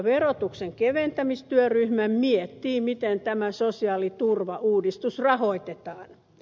verotuksen keventämistyöryhmä miettii miten tämä sosiaaliturvauudistus rahoitetaan